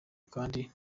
kandi